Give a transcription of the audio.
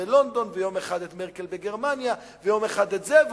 בלונדון ויום אחד את מרקל בגרמניה ויום אחד את זה,